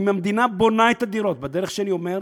שאם המדינה בונה את הדירות בדרך שאני אומר,